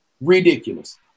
Ridiculous